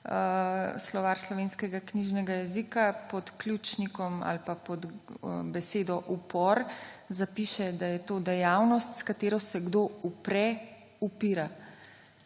Slovar slovenskega knjižnega jezika, pod ključnikom ali pa pod besedo upor zapiše, da je to »dejavnost, s katero se kdo upre, upira«.